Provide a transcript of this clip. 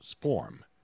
form